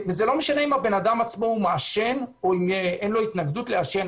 וזה לא משנה אם האדם עצמו מעשן או אם אין לו התנגדות לעשן,